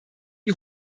die